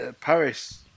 Paris